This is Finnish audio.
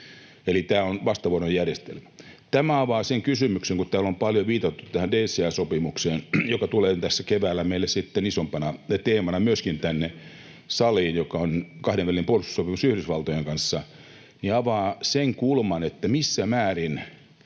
Eli tämä on vastavuoroinen järjestelmä. Tämä avaa sen kysymyksen, kun täällä on paljon viitattu tähän DCA-sopimukseen, joka tulee tässä keväällä meille sitten isompana teemana myöskin tänne saliin, joka on kahdenvälinen puolustussopimus Yhdysvaltojen kanssa, avaa sen kulman, missä määrin